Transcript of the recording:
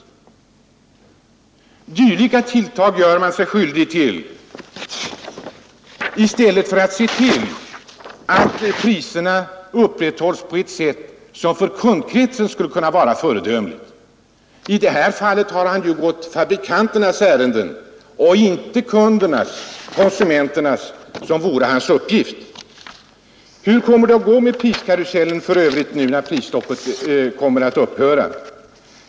Men sådant gör han sig tydligen skyldig till i stället för att på ett för kundkretsen föredömligt sätt se till att priserna hålles på en skälig nivå. I detta fall har han ju gått fabrikanternas ärenden, inte kundernas—konsumenternas, som är hans uppgift. Hur kommer det för övrigt att gå med priskarusellen när prisstoppet upphör?